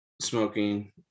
smoking